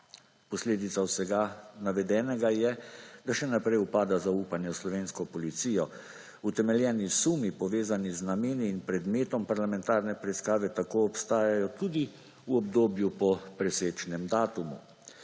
Posledica vsega navedenega je, da še naprej upada zaupanje v slovensko policijo. Utemeljeni sumi, povezani z nameni in predmetom parlamentarne preiskave, tako obstajajo tudi v obdobju po presečnem datumu.